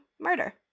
murder